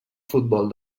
futbol